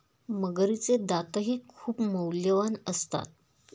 मगरीचे दातही खूप मौल्यवान असतात